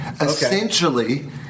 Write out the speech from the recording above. Essentially